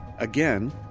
Again